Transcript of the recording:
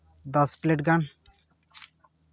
ᱫᱚᱥ ᱯᱞᱮᱴ ᱜᱟᱱ